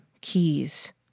Keys